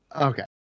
okay